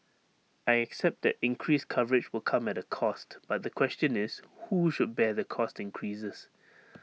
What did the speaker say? I accept that increased coverage will come at A cost but the question is who should bear the cost increases